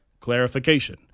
Clarification